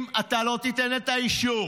אם לא תיתן את האישור